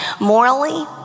Morally